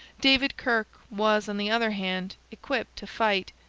david kirke was, on the other hand, equipped to fight,